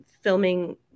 filming